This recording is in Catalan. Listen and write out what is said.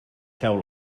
feu